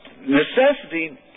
necessity